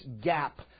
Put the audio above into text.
gap